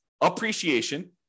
appreciation